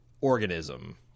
organism